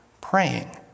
praying